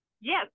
Yes